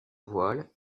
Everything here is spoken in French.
voiles